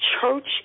Church